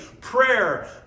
Prayer